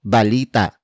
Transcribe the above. Balita